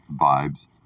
vibes